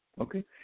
Okay